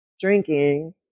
drinking